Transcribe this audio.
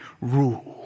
rule